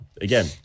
Again